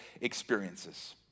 experiences